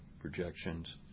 projections